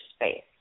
space